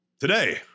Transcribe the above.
today